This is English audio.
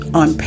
on